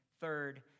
third